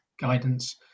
guidance